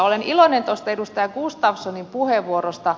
olen iloinen tuosta edustaja gustafssonin puheenvuorosta